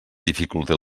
dificulte